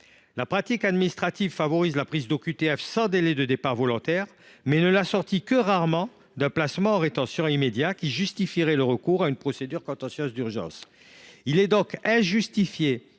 La pratique administrative favorise la prise d’OQTF sans délai de départ volontaire, mais ne l’assortit que rarement d’un placement en rétention immédiat qui justifierait le recours à une procédure contentieuse d’urgence. Il est donc injustifié